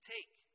Take